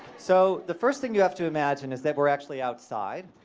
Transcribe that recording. so the first thing you have to imagine is that we're actually outside,